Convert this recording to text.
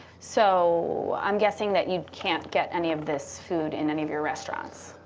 so i'm guessing that you can't get any of this food in any of your restaurants.